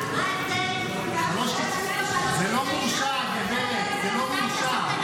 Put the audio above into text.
עבריין מורשע, ואלה השותפים שלכם, ומה קורה אצלכם?